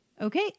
Okay